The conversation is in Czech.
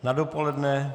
Na dopoledne?